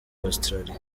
australie